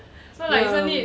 ya